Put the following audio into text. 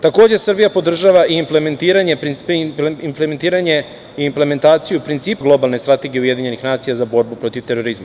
Takođe, Srbija podržava i implementiranje i implementaciju principa globalne strategije UN za borbu protiv terorizma.